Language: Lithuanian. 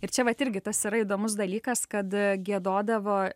ir čia vat irgi tas yra įdomus dalykas kad giedodavo